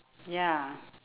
ya